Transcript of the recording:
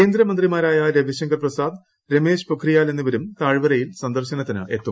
കേന്ദ്രമന്ത്രിമാരായ രവിശങ്കർ പ്രസാദ് രമേശ് പൊഖ്രിയാൽ എന്നിവരും താഴ്വരയിൽ സന്ദർശനത്തിന് എത്തും